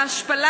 ההשפלה,